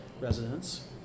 residents